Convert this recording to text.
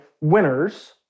winners